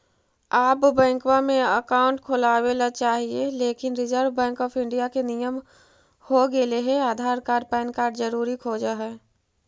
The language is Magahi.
आब बैंकवा मे अकाउंट खोलावे ल चाहिए लेकिन रिजर्व बैंक ऑफ़र इंडिया के नियम हो गेले हे आधार कार्ड पैन कार्ड जरूरी खोज है?